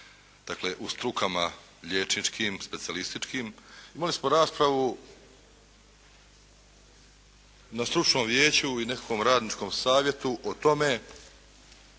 dakle u strukama liječničkim, specijalističkim, imali smo raspravu na stručnom vijeću i nekakvom radničkom savjetu o tome